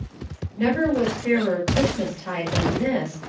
never was fairer christmas tide than this,